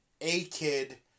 A-Kid